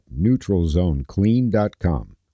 NeutralZoneClean.com